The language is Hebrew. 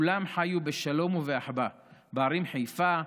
וכולם חיו בשלום ובאחווה בערים חיפה,